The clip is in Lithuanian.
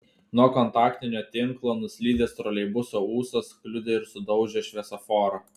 nuo kontaktinio tinklo nuslydęs troleibuso ūsas kliudė ir sudaužė šviesoforą